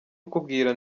ukubwira